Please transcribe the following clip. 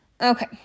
Okay